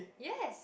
yes